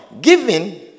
giving